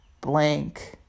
blank